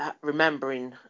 remembering